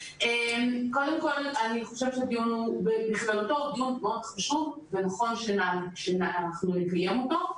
קודם כל אני חושבת שהדיון בכללותו הוא דיון מאוד חשוב ונכון לקיים אותו.